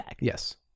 yes